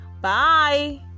Bye